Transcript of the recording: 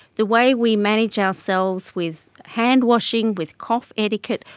the way we manage ourselves with hand washing, with cough etiquette,